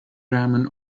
ramen